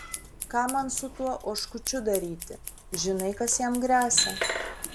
ką man su tuo oškučiu daryti žinai kas jam gresia